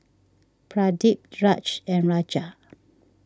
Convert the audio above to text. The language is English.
Pradip Raj and Raja